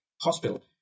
hospital